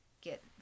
get